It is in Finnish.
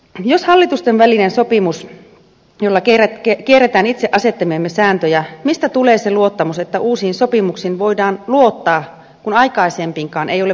jos hallitustenvälisellä sopimuksella kierretään itse asettamiamme sääntöjä mistä tulee se luottamus että uusiin sopimuksiin voidaan luottaa kun aikaisempiinkaan ei ole voinut